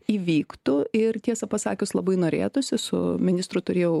įvyktų ir tiesą pasakius labai norėtųsi su ministru turėjau